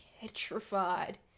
petrified